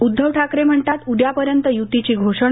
उद्धव ठाकरे म्हणतात उद्यापर्यंत यूतीची घोषणा